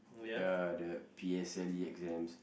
ya the P_S_L_E exams